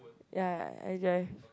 ya ya hey guys